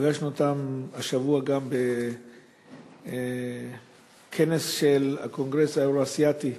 פגשנו אותם השבוע גם בכנס של הקונגרס האירו-אסיאתי,